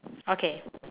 okay